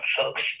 folks